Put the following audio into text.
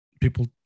people